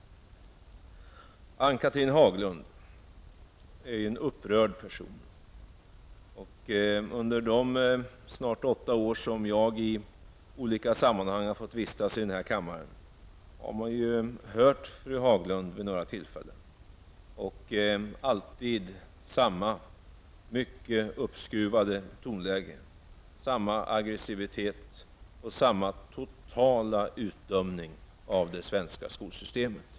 Ann-Cathrine Haglund är en upprörd person. Under de snart åtta år som jag i olika sammanhang har fått vistas i denna kammare har jag hört fru Haglund vid några tillfällen, alltid med samma mycket uppskruvade tonläge, med samma aggressivitet och med samma totala utdömande av det svenska skolsystemet.